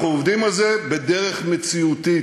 אנחנו עובדים על זה בדרך מציאותית.